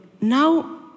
Now